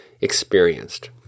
experienced